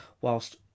whilst